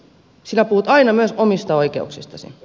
sinä puhut aina myös omista oikeuksistasi